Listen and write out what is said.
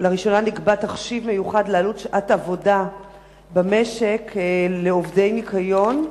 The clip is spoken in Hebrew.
לראשונה נקבע תחשיב מיוחד לעלות שעת עבודה במשק לעובדי ניקיון,